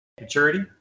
maturity